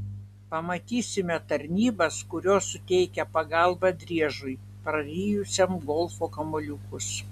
pamatysime tarnybas kurios suteikia pagalbą driežui prarijusiam golfo kamuoliukus